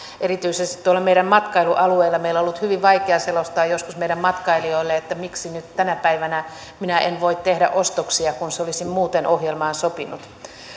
erityisesti tuolla meidän matkailualueella meillä on ollut hyvin vaikea selostaa joskus meidän matkailijoille miksi nyt tänä päivänä minä en voi tehdä ostoksia kun se olisi muuten ohjelmaan sopinut